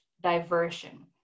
diversion